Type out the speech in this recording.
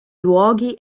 luoghi